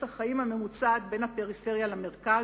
החיים הממוצעת בין הפריפריה למרכז?